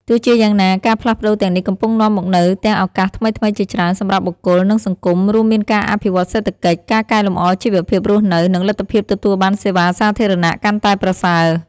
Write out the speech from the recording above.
ទោះជាយ៉ាងណា ការផ្លាស់ប្ដូរទាំងនេះកំពុងនាំមកនូវទាំងឱកាសថ្មីៗជាច្រើនសម្រាប់បុគ្គល និងសង្គម រួមមានការអភិវឌ្ឍន៍សេដ្ឋកិច្ច ការកែលម្អជីវភាពរស់នៅ និងលទ្ធភាពទទួលបានសេវាសាធារណៈកាន់តែប្រសើរ។